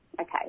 okay